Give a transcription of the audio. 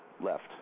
left